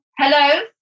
Hello